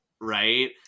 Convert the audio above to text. Right